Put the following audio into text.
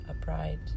upright